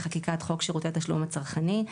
בחקיקת חוק שירותי התשלום הצרכני,